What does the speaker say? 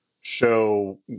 show